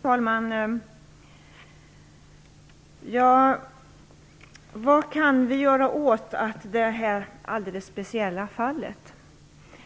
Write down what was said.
Fru talman! Vad kan vi göra åt detta alldeles speciella fall